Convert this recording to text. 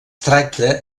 tracta